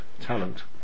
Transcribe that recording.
talent